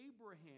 Abraham